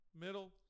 Middle